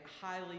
highly